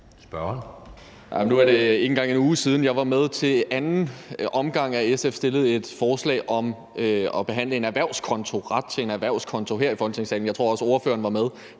Spørgeren.